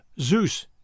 Zeus